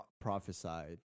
prophesied